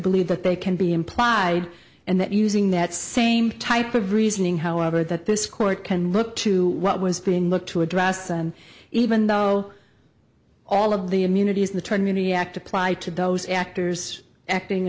believe that they can be implied and that using that same type of reasoning however that this court can look to what was being looked to address even though all of the immunities the trinity act applied to those actors acting